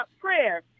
prayer